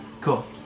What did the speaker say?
Cool